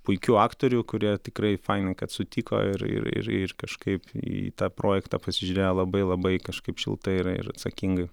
puikių aktorių kurie tikrai faina kad sutiko ir ir ir ir kažkaip į tą projektą pasižiūrėjo labai labai kažkaip šiltai yra ir atsakingai